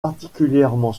particulièrement